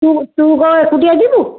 ତୁ ତୁ କ'ଣ ଏକୁଟିଆ ଯିବୁ